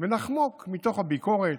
ונחמוק מתוך הביקורת,